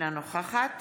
אינה נוכחת